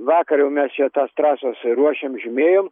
vakar jau mes čia tas trasas ruošėm žymėjom